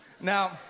Now